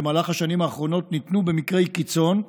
במהלך השנים האחרונות ניתנו במקרי קיצון,